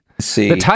See